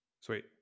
Sweet